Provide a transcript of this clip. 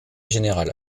général